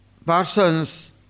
Persons